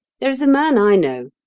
there is a man i know,